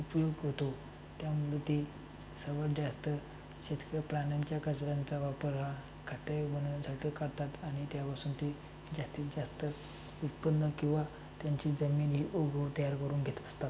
उपयोग होतो त्यामुळे ते सर्वात जास्त शेतकं प्राण्यांच्या कचऱ्यांचा वापर हा खते बनवायसाठी करतात आणि त्यापासून ते जास्तीत जास्त उत्पन्न किंवा त्यांची जमीन ही उगव तयार करून घेतच असतात